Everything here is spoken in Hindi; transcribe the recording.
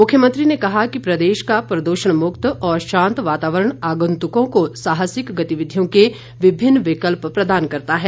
मुख्यमंत्री ने कहा कि प्रदेश का प्रदूषण मुक्त और शांत वातावरण आगंतुकों को साहसिक गतिविधियों के विभिन्न विकल्प प्रदान करता है